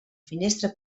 finestra